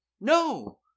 no